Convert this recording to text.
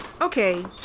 Okay